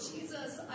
Jesus